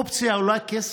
אופציה עולה כסף.